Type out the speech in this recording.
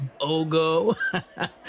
Ogo